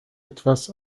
etwas